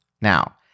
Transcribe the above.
Now